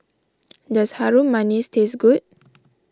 does Harum Manis taste good